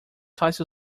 fácil